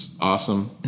awesome